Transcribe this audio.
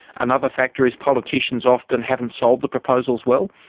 another factor is politicians often haven't sold the proposals well.